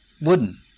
wooden